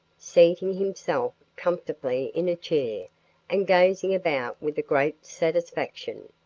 seating himself comfortably in a chair and gazing about with great satisfaction.